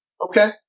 Okay